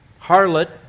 harlot